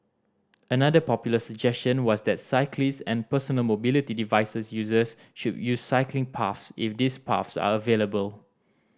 another popular suggestion was that cyclists and personal mobility device users should use cycling paths if these paths are available